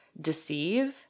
deceive